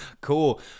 cool